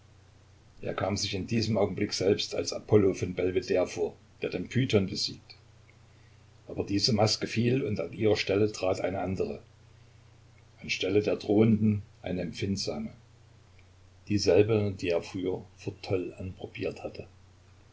er kam sich in diesem augenblick selbst als apollo von belvedere vor der den python besiegt aber diese maske fiel und an ihre stelle trat eine andere an stelle der drohenden eine empfindsame dieselbe die er früher vor toll anprobiert hatte